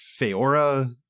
Feora